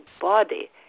body